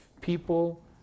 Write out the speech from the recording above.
people